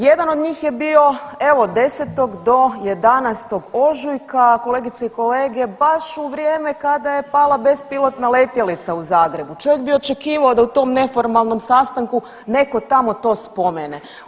Jedan od njih je bio evo od 10. do 11. ožujka, kolegice i kolege baš u vrijeme kada je pala bespilotna letjelica u Zagrebu, čovjek bi očekivao da u tom neformalnom sastanku neko tamo to spomene.